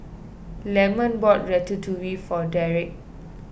Lemon bought Ratatouille for Dereck